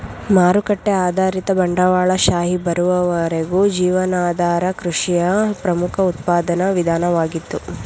ಮಾರುಕಟ್ಟೆ ಆಧಾರಿತ ಬಂಡವಾಳಶಾಹಿ ಬರುವವರೆಗೂ ಜೀವನಾಧಾರ ಕೃಷಿಯು ಪ್ರಮುಖ ಉತ್ಪಾದನಾ ವಿಧಾನವಾಗಿತ್ತು